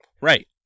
right